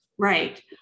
Right